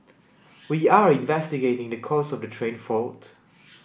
we are investigating the cause of the train fault